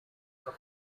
the